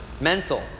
mental